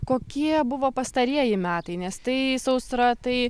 kokie buvo pastarieji metai nes tai sausra tai